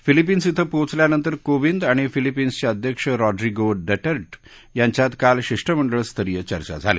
Philippines इथं पोचल्यानंतर कोविंद आणि फिलिपीन्सचे अध्यक्ष रॉड्रिगो डटेर्टे यांच्यात काल शिष्टमंडळ स्तरीय चर्चा झाली